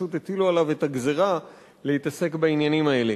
שפשוט הטילו עליו את הגזירה להתעסק בעניינים האלה.